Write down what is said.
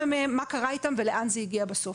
מה קרה איתה ולאן זה הגיע בסוף.